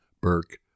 Burke